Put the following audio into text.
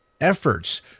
efforts